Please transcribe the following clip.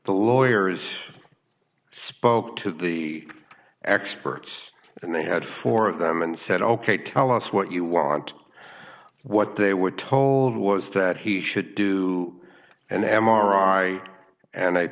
the lawyers spoke to the experts and they had four of them and said ok tell us what you want what they were told was that he should do an m r i and